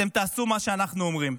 אתם תעשו מה שאנחנו אומרים.